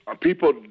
people